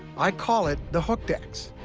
i call it the hooked x.